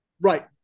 Right